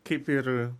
kaip ir